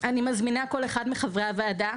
מזמינה כל אחד מחברי הוועדה